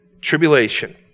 tribulation